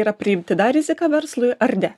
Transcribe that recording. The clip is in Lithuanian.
yra priimtina rizika verslui ar ne